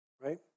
right